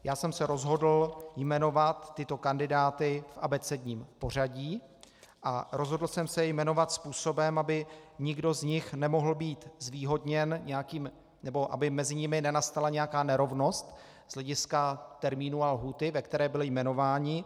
Já jsem se rozhodl jmenovat tyto kandidáty v abecedním pořadí a rozhodl jsem se je jmenovat způsobem, aby nikdo z nich nemohl být zvýhodněn nebo aby mezi nimi nenastala nějaká nerovnost z hlediska termínu a lhůty, ve které byli jmenováni.